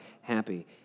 happy